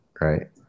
right